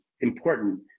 important